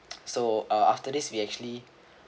so uh after this we actually